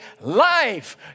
Life